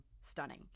stunning